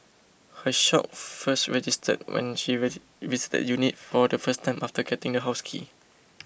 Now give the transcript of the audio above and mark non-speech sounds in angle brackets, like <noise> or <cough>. her shock first registered when she <unintelligible> visited the unit for the first time after getting the house key